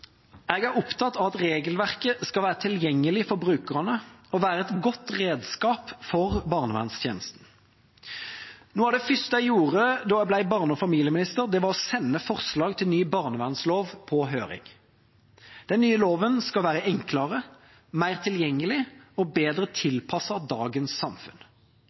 Jeg er opptatt av at regelverket skal være tilgjengelig for brukerne og et godt redskap for barnevernstjenesten. Noe av det første jeg gjorde da jeg ble barne- og familieminister, var å sende et forslag til ny barnevernslov på høring. Den nye loven skal være enklere, mer tilgjengelig og bedre tilpasset dagens samfunn.